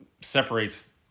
separates